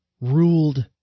ruled